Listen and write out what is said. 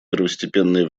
первостепенное